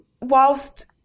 whilst